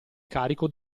carico